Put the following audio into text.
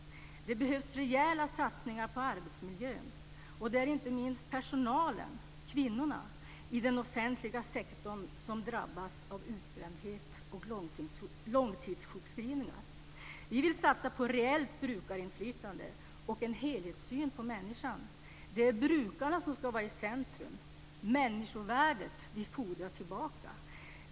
Det behövs rejäla satsningar på arbetsmiljön. Det är inte minst personalen, kvinnorna, i den offentliga sektorn som drabbas av utbrändhet och långtidssjukskrivningar. Vi vill satsa på reellt brukarinflytande och en helhetssyn på människan. Det är brukarna som ska vara i centrum. "Människovärdet vi fordra tillbaka!"